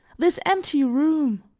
this empty room!